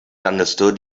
understood